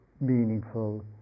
meaningful